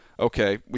Okay